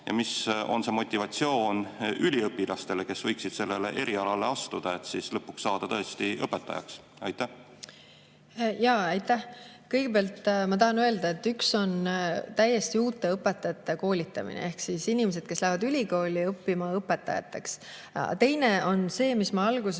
ja mis on see motivatsioon üliõpilastele, kes võiksid sellele erialale astuda, et siis lõpuks saada tõesti õpetajaks? Aitäh! Kõigepealt ma tahan öelda, et üks on täiesti uute õpetajate koolitamine. Need on inimesed, kes lähevad ülikooli õpetajaks õppima. Teine on see, nagu ma alguses